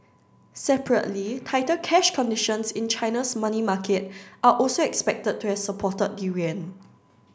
separately tighter cash conditions in China's money market are also expected to have supported the yuan